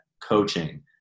coaching